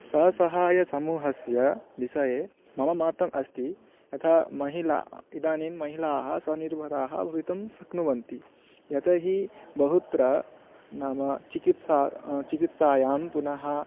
स सहाय समूहस्य विषये मम मतम् अस्ति यथा महिलाः इदानीं महिलाः स्वनिर्भराः भवितुं शक्नुवन्ति यतोहि बहुत्र नाम चिकित्सा चिकित्सायां पुनः